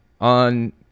On